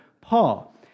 Paul